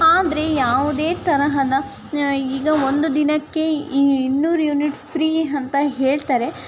ಆದರೆ ಯಾವುದೇ ತರಹದ ಈಗ ಒಂದು ದಿನಕ್ಕೆ ಇನ್ನೂರು ಯೂನಿಟ್ ಫ್ರೀ ಅಂತ ಹೇಳ್ತಾರೆ